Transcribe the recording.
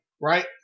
Right